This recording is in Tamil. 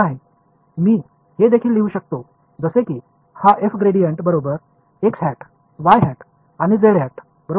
F இன் இந்த gradient x hat y hat மற்றும் z ஹட் க்கு சமம் எனவும் நான் இதை குறிப்பிட முடியும்